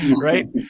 right